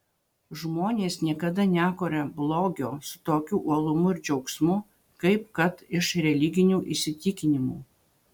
žmonės niekada nekuria blogio su tokiu uolumu ir džiaugsmu kaip kad iš religinių įsitikinimų